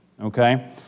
okay